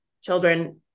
children